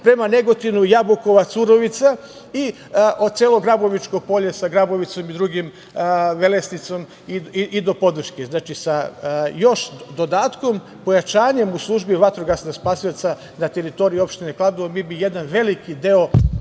prema Negotinu, Jabukovac, Udovica i celo Grabovičko polje sa Grabovicom i drugim, Velesnicom i do Podvrške. Sa još dodatnim pojačanjem u službi vatrogasnih spasioca na teritoriji opštine Kladovo mi bi jedan veliki deo